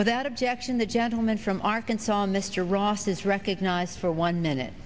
without objection the gentleman from arkansas mr ross is recognized for one minute